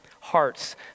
hearts